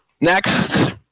next